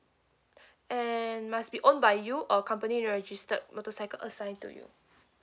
and must be owned by you or company registered motorcycle assigned to you